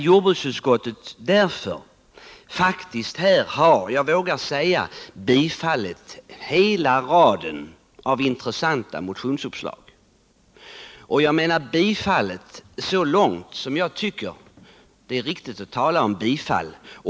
Jordbruksutskottet har tillstyrkt nästan hela den långa raden av intressanta motionsuppslag så långt att jag tycker det är riktigt att tala om bifall.